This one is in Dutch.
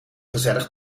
gezellig